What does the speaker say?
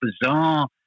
bizarre